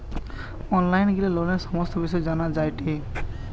online গিলে লোনের সমস্ত বিষয় জানা যায়টে